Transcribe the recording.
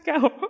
go